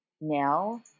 Now